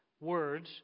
words